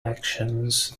actions